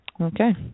Okay